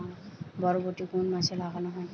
বরবটি কোন মাসে লাগানো হয়?